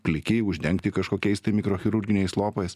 pliki uždengti kažkokiais tai mikrochirurginiais lopais